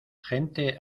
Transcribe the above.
gente